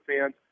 fans